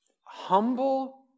humble